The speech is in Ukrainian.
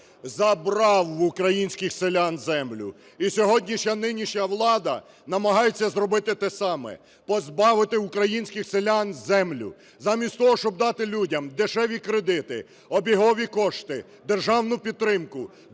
забрав в українських селян землю, і сьогоднішня нинішня влада намагається зробити те саме – позбавити українських селян землі. Замість того, щоб дати людям дешеві кредити, обігові кошти, державну підтримку,